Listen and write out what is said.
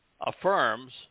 affirms